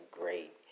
great